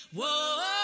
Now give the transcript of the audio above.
Whoa